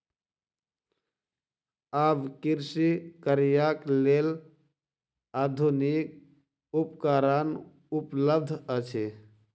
आब कृषि कार्यक लेल आधुनिक उपकरण उपलब्ध अछि